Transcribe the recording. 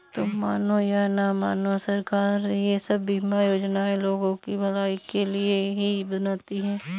तुम मानो या न मानो, सरकार ये सब बीमा योजनाएं लोगों की भलाई के लिए ही बनाती है